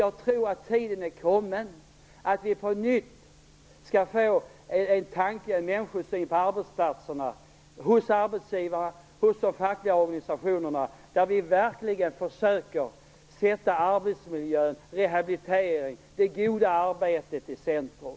Jag tror att tiden nu är kommen när vi på nytt skall få en människosyn på arbetsplatserna - hos arbetsgivarna och hos de fackliga organisationerna - som innebär att man verkligen försöker sätta arbetsmiljön, rehabiliteringen och det goda arbetet i centrum.